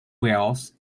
wells